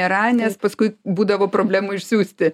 nera nes paskui būdavo problemų išsiųsti